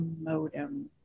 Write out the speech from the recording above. modem